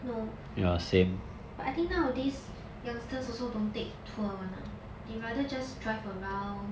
no but I think nowadays youngsters also don't take tour [one] lah they rather just drive around